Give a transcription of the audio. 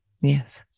Yes